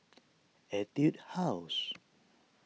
Etude House